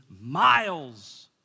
miles